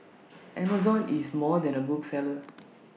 Amazon is more than A bookseller